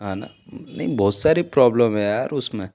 हाँ ना नहीं बहुत सारे प्रॉब्लम है यार उस में